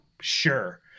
sure